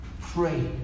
Pray